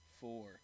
Four